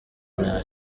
nta